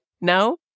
No